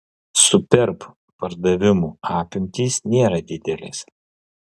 superb pardavimų apimtys nėra didelės